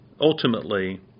ultimately